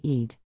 Eid